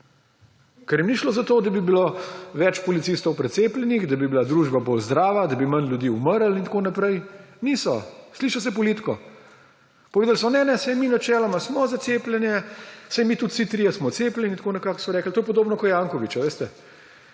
Ker jim ni šlo za to, da bi bilo več policistov precepljenih, da bi bila družba bolj zdrava, da bi manj ljudi umrlo in tako naprej. Niso. Šli so se politiko. Povedali so, da saj načeloma so za cepljenje. »Saj mi vsi trije smo cepljeni,« tako nekako so rekli. To je podobno kot Janković, ki